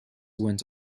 went